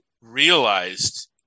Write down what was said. realized